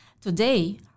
Today